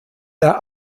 der